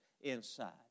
inside